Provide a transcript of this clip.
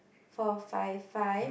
four five five